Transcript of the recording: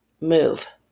move